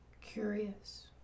Curious